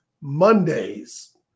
Mondays